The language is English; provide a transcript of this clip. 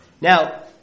Now